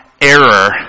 error